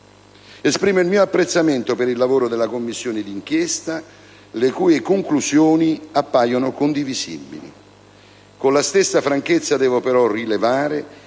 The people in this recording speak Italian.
Esprimo poi il mio apprezzamento per il lavoro della Commissione d'inchiesta, le cui conclusioni appaiono condivisibili. Con la stessa franchezza, devo però rilevare